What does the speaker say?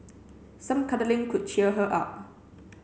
some cuddling could cheer her up